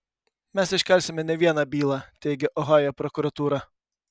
mes iškelsime ne vieną bylą teigia ohajo prokuratūra